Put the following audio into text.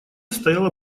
стояла